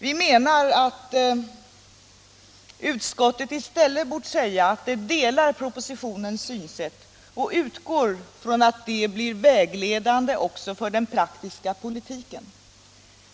Vi anser att utskottet i stället bort säga att det delar propositionens synsätt och utgår från att det blir vägledande i den praktiska politiken.